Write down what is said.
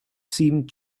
seemed